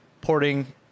Porting